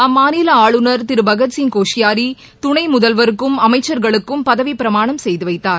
அம்மாநில ஆளுநர் திரு பகதிங் கோஷ்பாரி துணை முதல்வருக்கும் அமைச்சர்களுக்கும் பதவி பிரமாணம் செய்து வைத்தார்